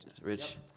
Rich